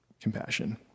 compassion